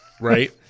right